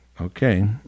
Okay